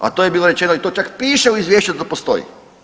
A to je bilo rečeno i to čak piše u izvješću da postoji.